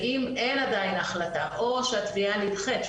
ואם אין עדיין החלטה, או שהתביעה נדחית, אז